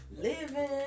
living